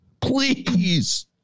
please